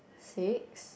six